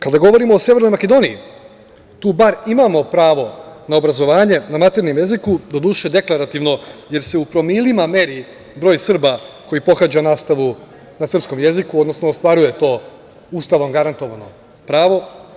Kada govorimo o Severnoj Makedoniji, tu bar imamo pravo na obrazovanje na maternjem jeziku, doduše deklarativno, jer se u promilima meri broj Srba koji pohađa nastavu na srpskom jeziku, odnosno ostvaruje to Ustavom garantovano pravo.